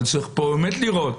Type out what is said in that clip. אבל צריך באמת לראות.